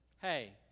hey